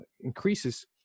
increases